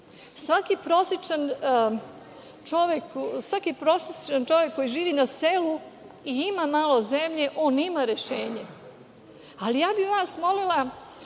Svaki prosečan čovek koji živi na selu i ima malo zemlje, on ima rešenje. Ali, ja bih vas,